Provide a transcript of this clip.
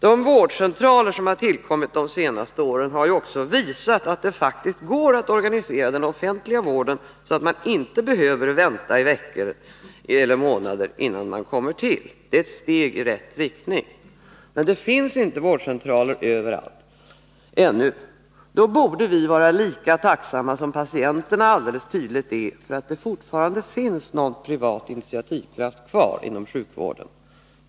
De vårdcentraler som tillkommit de senaste åren har också visat att det faktiskt går att organisera den offentliga vården, så att man inte behöver vänta i veckor eller månader innan man kommer till. Det är ett steg i rätt riktning. Men det finns ännu inte vårdcentraler överallt. Då borde vi vara lika tacksamma som patienterna alldeles tydligt är för att det fortfarande finns någon privat initiativkraft kvar inom sjukvården.